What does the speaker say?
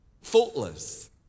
Faultless